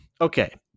okay